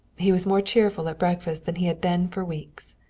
he was more cheerful at breakfast than he had been for weeks.